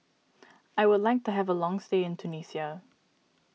I would like to have a long stay in Tunisia